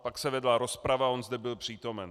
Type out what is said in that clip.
Pak se vedla rozprava a on zde byl přítomen.